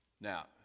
Now